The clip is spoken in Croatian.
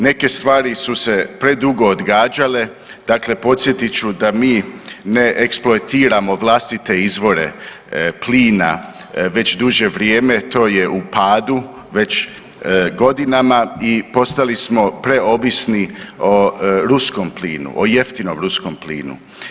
Neke stvari su se predugo odgađale, dakle podsjetit ću da mi ne eksploatiramo vlastite izvore plina već duže vrijeme, to je u padu već godinama i postali smo preovisni o ruskom plinu, o jeftinom ruskom plinu.